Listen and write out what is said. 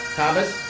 Thomas